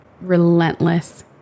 relentless